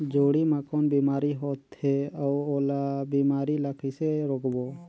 जोणी मा कौन बीमारी होथे अउ ओला बीमारी ला कइसे रोकबो?